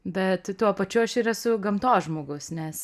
bet tuo pačiu aš ir esu gamtos žmogus nes